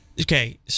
Okay